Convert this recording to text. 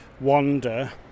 wander